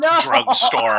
drugstore